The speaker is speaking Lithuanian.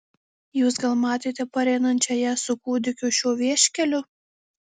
jūs gal matėte pareinančią ją su kūdikiu šiuo vieškeliu